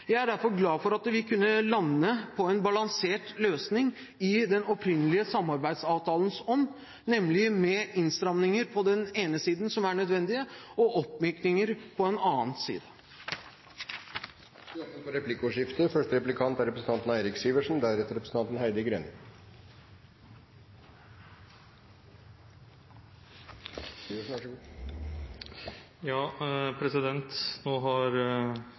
Jeg er derfor glad for at vi kunne lande på en balansert løsning i den opprinnelige samarbeidsavtalens ånd, nemlig med innstramninger på den ene siden, som er nødvendige, og oppmykninger på den andre. Det blir replikkordskifte. Nå har Stortinget full anledning til den 19. mai å behandle saken fra kontroll- og konstitusjonskomiteen, så vi har